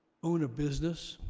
own a business,